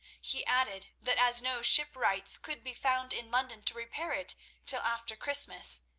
he added that as no shipwrights could be found in london to repair it till after christmas,